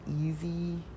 easy